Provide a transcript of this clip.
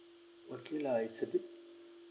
okay lah it's a bit